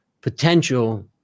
potential